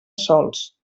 sols